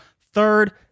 third